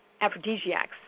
aphrodisiacs